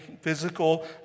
physical